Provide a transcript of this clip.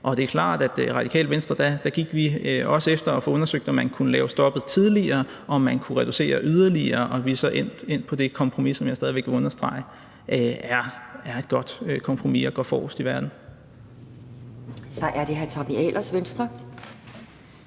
Det er klart, at vi i Radikale Venstre også gik efter at få undersøgt, om man kunne lave stoppet tidligere, og om man kunne reducere yderligere, og vi er så endt med det kompromis, som jeg stadig væk vil understrege er et godt kompromis, hvor vi går forrest i verden. Kl. 17:15 Anden